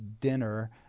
dinner